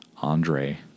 Andre